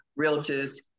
Realtors